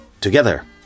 together